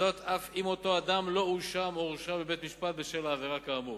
אף אם אותו אדם לא הואשם או הורשע בבית-משפט בשל העבירה כאמור.